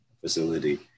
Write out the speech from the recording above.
facility